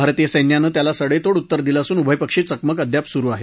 भारतीय सच्चानं त्याला सडेतोड उत्तर दिलं असून उभयपक्षी चकमक अद्याप सुरु आहे